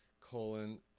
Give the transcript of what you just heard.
colon